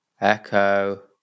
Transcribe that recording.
Echo